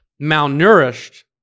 malnourished